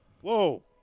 Whoa